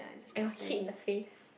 I got hit in the face